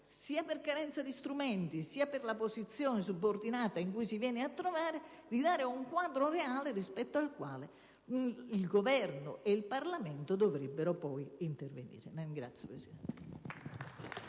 sia per carenza di strumenti sia per la posizione subordinata in cui si viene a trovare, di dare un quadro reale rispetto al quale il Governo e il Parlamento dovrebbero poi intervenire. *(Applausi